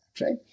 right